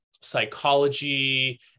psychology